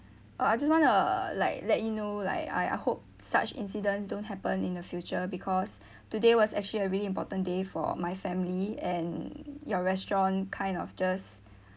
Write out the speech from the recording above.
uh I just want to like let you know like I I hope such incidents don't happen in the future because today was actually a really important day for my family and your restaurant kind of just